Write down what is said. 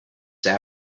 this